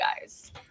guys